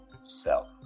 self